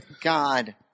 god